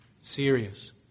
serious